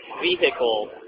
vehicle